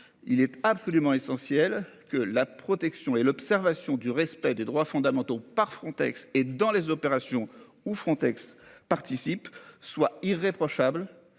Il est absolument essentiel que la protection et l'observation du respect des droits fondamentaux par Frontex et dans les opérations ou Frontex participent soit irréprochable